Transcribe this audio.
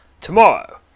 Tomorrow